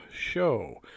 show